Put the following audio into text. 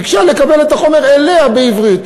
ביקשה לקבל את החומר אליה בעברית.